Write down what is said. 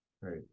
Right